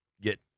get